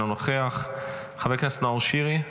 אינו נוכח, חבר הכנסת נאור שירי,